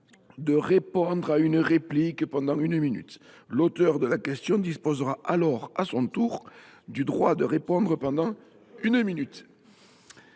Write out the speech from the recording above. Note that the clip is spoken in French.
de répondre à la réplique pendant une minute supplémentaire. L’auteur de la question disposera alors à son tour du droit de répondre pendant une minute.